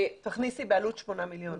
תכניסי, בעלות שמונה מיליון.